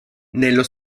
nello